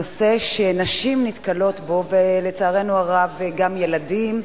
נושא שנשים נתקלות בו, ולצערנו הרב גם ילדים,